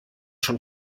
schon